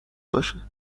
باشه